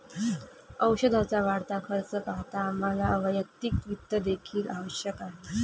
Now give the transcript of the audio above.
औषधाचा वाढता खर्च पाहता आम्हाला वैयक्तिक वित्त देखील आवश्यक आहे